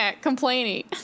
complaining